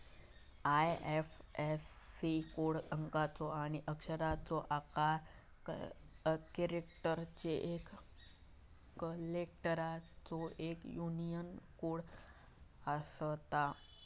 IFSC code अंकाचो आणि अक्षरांचो अकरा कॅरेक्टर्सचो एक यूनिक कोड असता